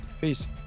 Peace